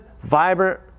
vibrant